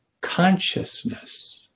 consciousness